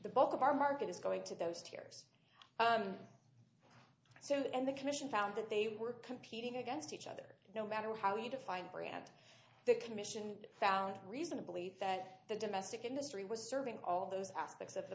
the bulk of our market is going to those tears so that and the commission found that they were competing against each other no matter how you define brand the commission found reasonably that the domestic industry was serving all those aspects of the